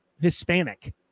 Hispanic